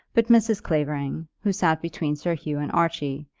but mrs. clavering, who sat between sir hugh and archie,